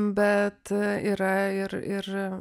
bet yra ir ir